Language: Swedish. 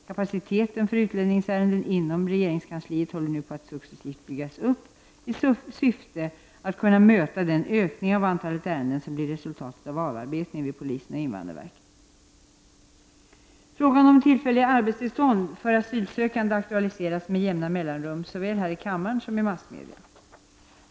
Kapaciteten för utlänningsärenden inom regeringskansliet håller nu på att successivt byggas upp i syfte att kunna möta den ökning av antalet ärenden som blir resultatet av avarbetningen vid polisen och invandrarverket. Frågan om tillfälliga arbetstillstånd för asylsökande aktualiseras med jämna mellanrum såväl här i kammaren som i massmedia.